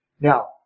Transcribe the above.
Now